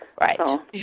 Right